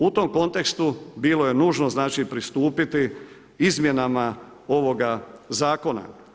U tom kontekstu, bilo je nužno pristupiti izmjenama ovoga zakona.